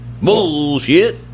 Bullshit